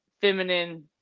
feminine